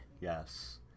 yes